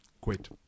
Quit